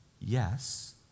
yes